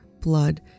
blood